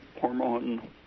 hormone